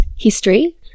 history